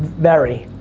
very.